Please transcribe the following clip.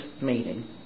meeting